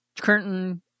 curtain